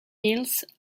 mills